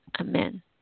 Amen